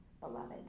beloved